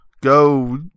Go